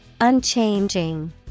Unchanging